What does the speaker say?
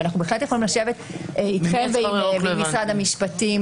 אבל אנחנו בהחלט יכולים לשבת אתכם ועם משרד המשפטים.